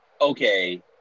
okay